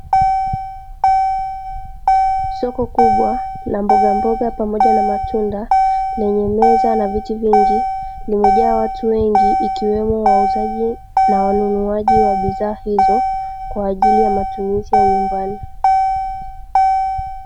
Soko kubwa la mbogamboga pamoja na matunda lenye meza na viti vingi, limejaa watu wengi ikiwemo wauzaji na wanunuaji wa bidhaa hizo kwa ajili ya matumizi ya nyumbani.